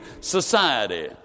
society